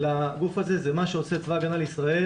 לגוף הזה זה מה שעושה צבא הגנה לישראל.